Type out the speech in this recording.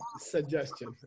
suggestion